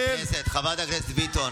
חברת הכנסת ביטון,